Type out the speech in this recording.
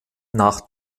nach